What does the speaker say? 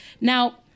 Now